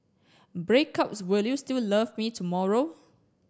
breakups will you still love me tomorrow